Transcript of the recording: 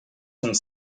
sont